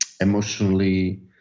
emotionally